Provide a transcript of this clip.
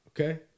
okay